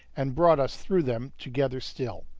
and brought us through them together still.